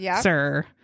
sir